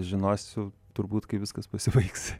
žinosiu turbūt kai viskas pasibaigs